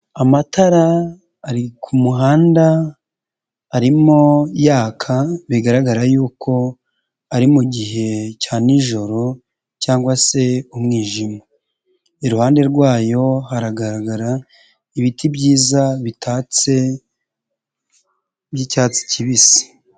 Amatara ari ku muhanda, arimo yaka bigaragara yuko ari mu gihe cya nijoro cyangwa se umwijima. Iruhande rwayo haragaragara ibiti byiza bitatse by'icyatsi kibisi.